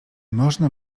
można